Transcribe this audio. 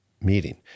meeting